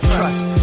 Trust